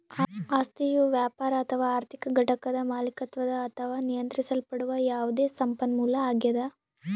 ಆಸ್ತಿಯು ವ್ಯಾಪಾರ ಅಥವಾ ಆರ್ಥಿಕ ಘಟಕದ ಮಾಲೀಕತ್ವದ ಅಥವಾ ನಿಯಂತ್ರಿಸಲ್ಪಡುವ ಯಾವುದೇ ಸಂಪನ್ಮೂಲ ಆಗ್ಯದ